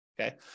okay